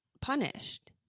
punished